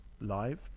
live